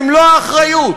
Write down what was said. במלוא האחריות: